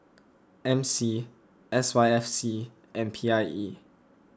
M C S Y F C and P I E